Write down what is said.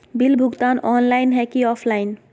Bill भुगतान online है की ऑफलाइन?